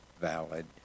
valid